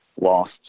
lost